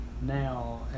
now